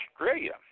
Australia